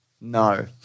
No